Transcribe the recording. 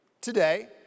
today